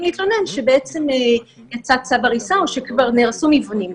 להתלונן שבעצם יצא צו הריסה או שכבר נהרסו מבנים.